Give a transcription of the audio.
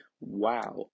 wow